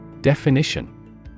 Definition